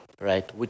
Right